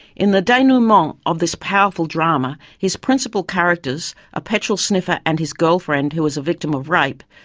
in the denouement of this powerful drama his principal characters, a petrol sniffer and his girlfriend who is a victim of rape,